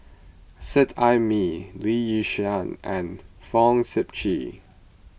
Seet Ai Mee Lee Yi Shyan and Fong Sip Chee